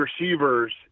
receivers